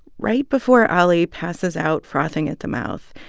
right before ali passes out frothing at the mouth,